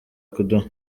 kuduha